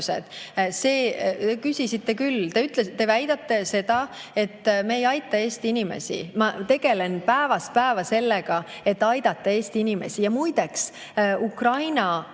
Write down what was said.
Te ütlesite, te väidate, et me ei aita Eesti inimesi. Ma tegelen päevast päeva sellega, et aidata Eesti inimesi. Ja muide, Ukraina